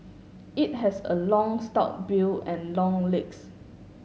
it has a long stout bill and long legs